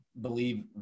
believe